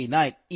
night